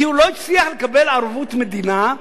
כי הוא לא הצליח לקבל ערבות מדינה,